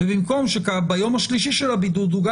ובמקום שביום השלישי של הבידוד הוא גם